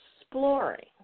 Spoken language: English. exploring